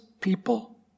people